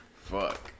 Fuck